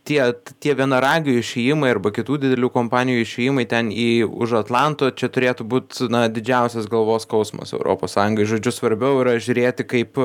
tie tie vienaragių išėjimai arba kitų didelių kompanijų išėjimai ten į už atlanto čia turėtų būt na didžiausias galvos skausmas europos sąjungai žodžiu svarbiau yra žiūrėti kaip